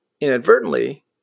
inadvertently